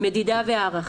מדידה והערכה.